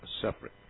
separate